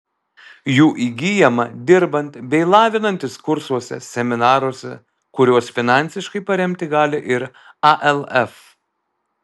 jų įgyjama dirbant bei lavinantis kursuose seminaruose kuriuos finansiškai paremti gali ir alf